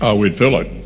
ah we'd fill it